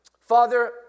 Father